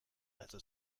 also